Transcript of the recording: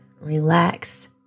relax